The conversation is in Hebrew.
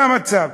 זה המצב.